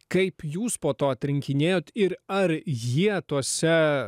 kaip jūs po to atrinkinėjot ir ar jie tuose